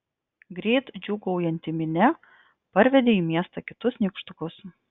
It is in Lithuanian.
greit džiūgaujanti minia parvedė į miestą kitus nykštukus